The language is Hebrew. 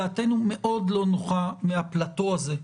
דעתנו מאוד לא נוחה מהפלאטו הזה,